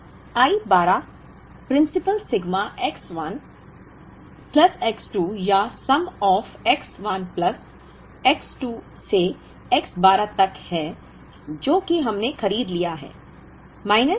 तो I 12 सिद्धांत principle sigma X 1 plus X 2 या sum of X 1 plus X 2 से X 12 तक है जो कि हमने खरीद लिया है